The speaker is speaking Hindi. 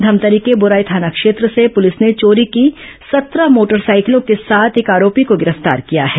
धमतरी के बोराई थाना क्षेत्र से पुलिस ने चोरी की सत्रह मोटरसाइकिलों के साथ एक आरोपी को गिरफ्तार किया है